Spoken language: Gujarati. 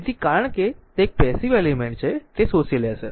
તેથી કારણ કે તે એક પેસીવ એલિમેન્ટ છે તે શોષી લેશે